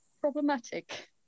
problematic